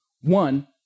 One